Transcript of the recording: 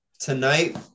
tonight